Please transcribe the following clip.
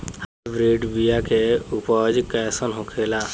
Hybrid बीया के उपज कैसन होखे ला?